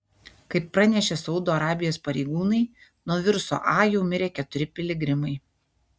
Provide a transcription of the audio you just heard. kaip pranešė saudo arabijos pareigūnai nuo viruso a jau mirė keturi piligrimai